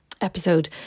episode